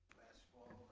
last fall,